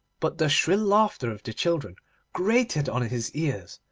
but the shrill laughter of the children grated on his ears,